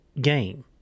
game